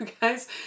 guys